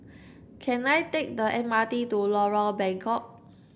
can I take the M R T to Lorong Bengkok